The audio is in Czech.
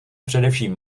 především